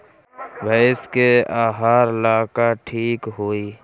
भइस के आहार ला का ठिक होई?